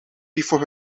before